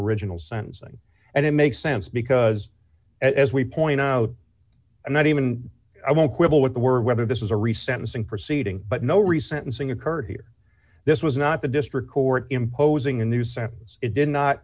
original sentencing and it makes sense because as we point out and that even i won't quibble with the word whether this was a recent missing proceeding but no recent unsing occurred here this was not the district court imposing a new sentence it did not